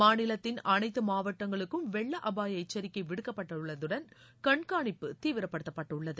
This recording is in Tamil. மாநிலத்தின் மாவட்டங்களுக்கும்வெள்ள அனைத்து அபாய எச்சரிக்கை விடுக்கப்பட்டுள்ளதுடன் கண்காணிப்பு தீவிரபடுத்தப்பட்டுள்ளது